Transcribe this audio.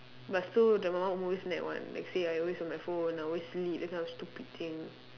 but still the my mum always nag one like say I always on my phone I always sleep that kind of stupid thing